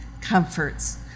comforts